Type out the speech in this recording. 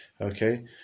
okay